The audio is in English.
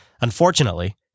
unfortunately